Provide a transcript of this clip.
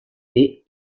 est